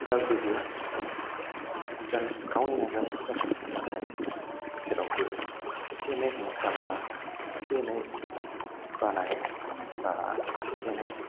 गाज्रि गैया जा गावनि नाजानायखौ जाफुंहोनो थाखाय जेरावबो एसे एनै हेंथा बा एसे एनै बानाय बा एसे एनै